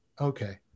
okay